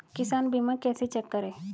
किसान बीमा कैसे चेक करें?